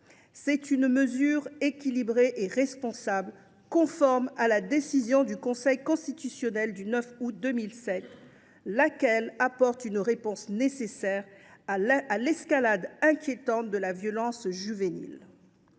d’une mesure équilibrée et responsable, conforme à la décision du Conseil constitutionnel du 9 août 2007, laquelle apporte une réponse nécessaire à l’escalade inquiétante de la violence juvénile.